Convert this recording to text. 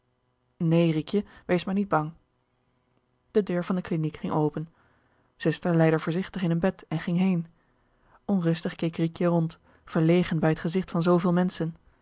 nee riekje wees maar niet bang de deur van de kliniek ging open zuster lei r voorzichtig in een bed en ging heen onrustig keek riekje rond verlegen bij het gezicht van zooveel menschen